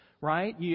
Right